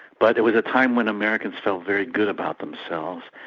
but there was a time when americans felt very good about themselves,